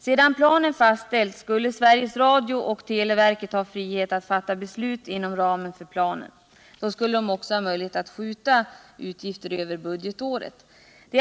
Sedan planen fastställts skulle Sveriges Radio och televerket ha frihet att fatta beslut inom ramen för planen. De skulle då också ha möjlighet att skjuta utgifter över budgetårsgränsen.